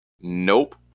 Nope